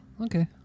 Okay